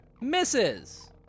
misses